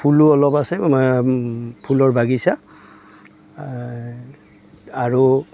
ফুলো অলপ আছে ফুলৰ বাগিচা আৰু